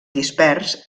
dispers